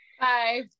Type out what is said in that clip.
Bye